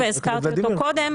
והזכרתי אותו קודם,